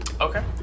Okay